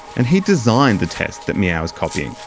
and he designed the test that meow is copying.